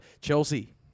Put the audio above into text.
Chelsea